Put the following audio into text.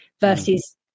Versus